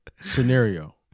scenario